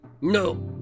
No